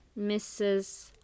Mrs